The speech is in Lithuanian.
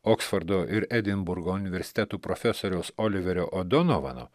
oksfordo ir edinburgo universitetų profesoriaus oliverio odonovano